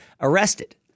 arrested